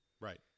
Right